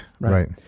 right